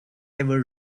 ever